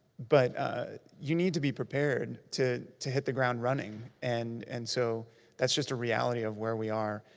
but ah you need to be prepared to to hit the ground running, and and so that's just a reality of where we are.